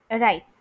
Right